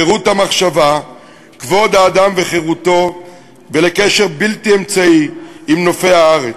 חירות המחשבה וכבוד האדם וחירותו ולקשר בלתי אמצעי עם נופי הארץ.